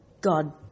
god